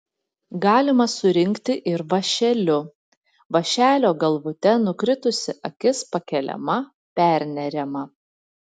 galima surinkti ir vąšeliu vąšelio galvute nukritusi akis pakeliama perneriama